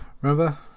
Remember